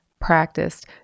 practiced